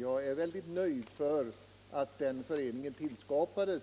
Jag är mycket nöjd med att föreningen tillskapades